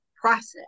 process